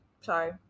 sorry